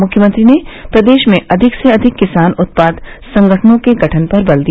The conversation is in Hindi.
मुख्यमंत्री ने प्रदेश में अधिक से अधिक किसान उत्पादक संगठनों के गठन पर बल दिया